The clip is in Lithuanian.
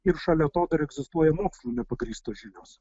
ir šalia to dar egzistuoja mokslu nepagrįstos žinios